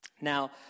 Now